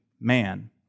man